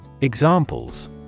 Examples